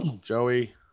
Joey